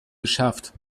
geschafft